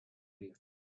features